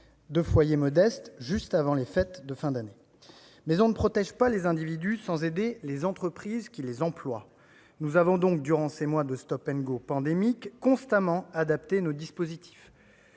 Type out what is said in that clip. de foyers modestes juste avant les fêtes de fin d'année. Cependant, on ne protège pas les individus sans aider les entreprises qui les emploient. Nous avons donc, durant ces mois de pandémique, constamment adapté nos dispositifs.